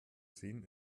sehen